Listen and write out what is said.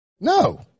No